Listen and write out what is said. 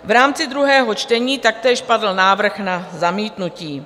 V rámci druhého čtení taktéž padl návrh na zamítnutí.